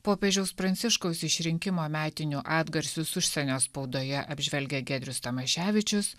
popiežiaus pranciškaus išrinkimo metinių atgarsius užsienio spaudoje apžvelgia giedrius tamaševičius